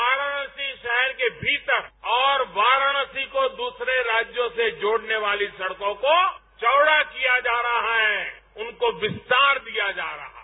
वाराणसी शहर के भीतर और वाराणसी को दूसरे राज्यांसे जोड़ने वाली सड़कों को चौड़ा किया जा रहा है उनको विस्तार दिया जा रहा है